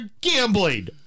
gambling